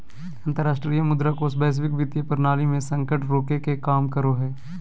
अंतरराष्ट्रीय मुद्रा कोष वैश्विक वित्तीय प्रणाली मे संकट रोके के काम करो हय